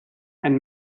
and